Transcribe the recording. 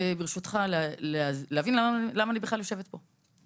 ברשותך, אני רוצה להבין למה אני בכלל יושבת פה.